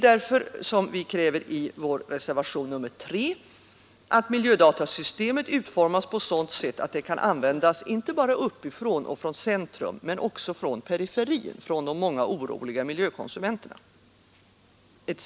Därför kräver vi i reservationen 3 att miljödatasystemet utformas på sådant sätt att det kan användas inte bara uppifrån och från centrum utan också från periferin, av de många oroliga miljökonsumenterna.